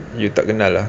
you tak kenal lah